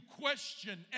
question